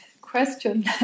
question